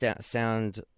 sound